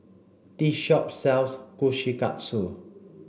this shop sells Kushikatsu